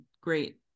great